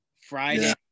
friday